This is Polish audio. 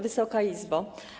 Wysoka Izbo!